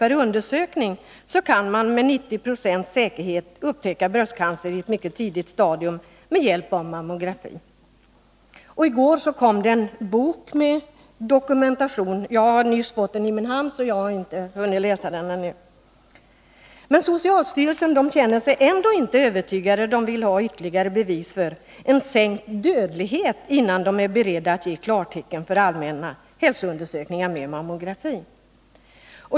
per undersökning — kan med 90 26 säkerhet upptäcka bröstcancer på ett mycket tidigt stadium med hjälp av mammografi. I går kom det ut en bok med dokumentation. Jag har nyss fått den i min hand, så jag har inte hunnit läsa den ännu. Socialstyrelsen känner sig ändå inte övertygad, den vill ha ytterligare bevis för en sänkt dödlighet innan den är beredd att ge klartecken för allmänna hälsoundersökningar med mammografi.